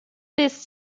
this